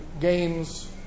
gains